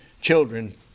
children